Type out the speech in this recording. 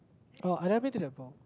oh I never been to the ball